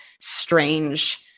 strange